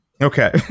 Okay